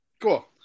Cool